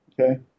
okay